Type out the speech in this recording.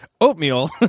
Oatmeal